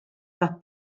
tat